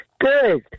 Good